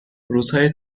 روزهای